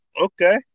okay